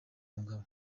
umugabo